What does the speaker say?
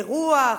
אירוח,